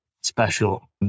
special